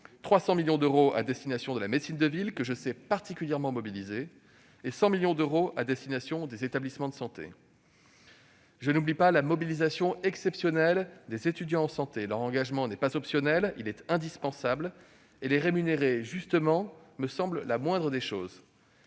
300 millions d'euros à destination de la médecine de ville, que je sais particulièrement mobilisée, et 100 millions d'euros à destination des établissements de santé. Je n'oublie pas la mobilisation exceptionnelle des étudiants en santé. Leur engagement n'est pas optionnel, il est indispensable et les rémunérer justement me semble la moindre des choses.